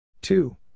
two